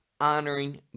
honoring